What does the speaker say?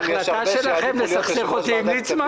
רשות דיבור?